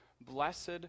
blessed